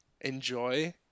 enjoy